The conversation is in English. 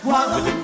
one